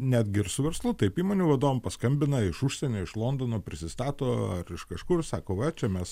netgi ir su verslu taip įmonių vadovam paskambina iš užsienio iš londono prisistato ar iš kažkur sako va čia mes